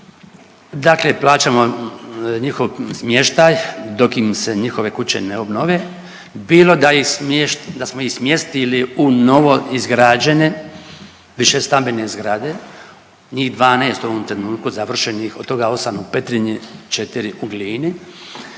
Dakle, plaćamo njihov smještaj dok im se njihove kuće ne obnove, bilo da smo ih smjestili u novo izgrađene više stambene zgrade. Njih 12 u ovom trenutku završenih, od toga 8 u Petrinji, 4 u Glini,